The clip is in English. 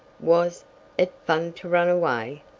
was it fun to run away?